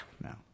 No